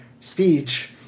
speech